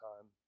time